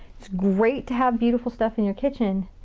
it's great to have beautiful stuff in your kitchen,